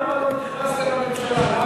למה לא נכנסתם לממשלה?